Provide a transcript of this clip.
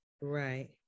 Right